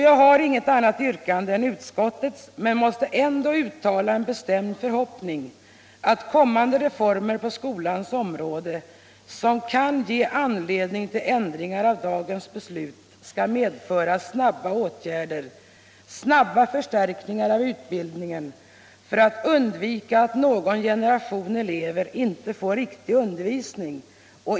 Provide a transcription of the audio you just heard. Jag har inget annat yrkande än utskottets men måste ändå uttala den bestämda förhoppningen att kommande reformer på skolans område som kan ge anledning till ändringar av dagens beslut skall medföra snabba åtgärder för att förstärka utbildningen, så att man undviker att någon generation av elever inte får riktig undervisning.